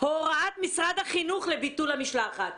הוראת משרד החינוך לביטול המשלחת.